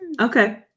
Okay